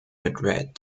madrid